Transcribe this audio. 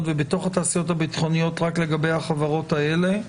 ובתוך התעשיות הביטחוניות רק לגבי החברות האלה,